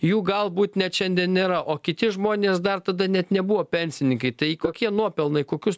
jų galbūt net šiandien nėra o kiti žmonės dar tada net nebuvo pensininkai tai kokie nuopelnai kokius